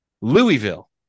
Louisville